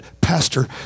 pastor